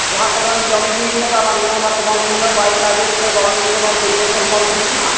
ᱡᱟᱦᱟᱸ ᱠᱚᱵᱮᱱ ᱡᱚᱢ ᱤᱫᱤᱭᱟᱠᱟᱫᱟ ᱨᱟᱱ ᱠᱚ ᱚᱱᱟ ᱠᱚᱢᱟ ᱵᱟᱭ ᱠᱟᱡᱮ ᱥᱮ ᱵᱟᱝ ᱠᱚᱱᱳ ᱯᱚᱨᱤᱵᱚᱨᱛᱚᱱ ᱵᱟᱝ ᱦᱩᱭᱩᱜ ᱠᱟᱱᱟ